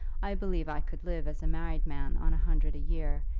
i believe i could live as a married man on a hundred a year,